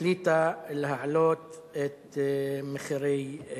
החליטה להעלות את המחירים.